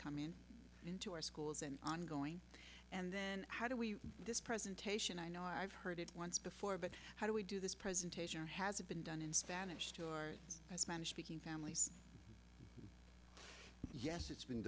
coming into our schools and on going and how do we this presentation i know i've heard it once before but how do we do this presentation or has it been done in spanish spanish speaking families yes it's been